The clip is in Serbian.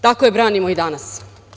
Tako je branimo i danas.